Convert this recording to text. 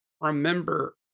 remember